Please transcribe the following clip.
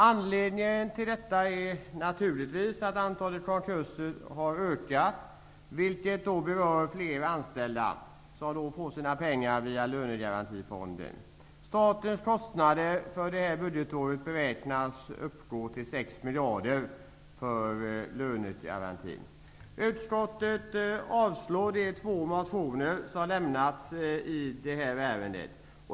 Anledningen till detta är naturligtvis att antalet konkurser har ökat, konkurser vilka berör flera anställda som får sina pengar via lönegarantifonden. Statens kostnader för det här budgetåret när det gäller lönegarantin beräknas till 6 miljarder kronor. Utskottet avstyrker de två motioner som väckts i detta ärende.